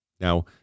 Now